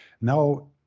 Now